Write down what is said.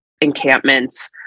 encampments